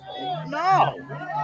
No